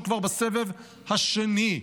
הוא כבר בסבב השני.